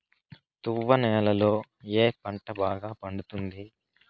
తువ్వ నేలలో ఏ పంట బాగా పండుతుంది?